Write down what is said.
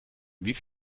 wie